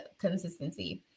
consistency